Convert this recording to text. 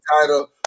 title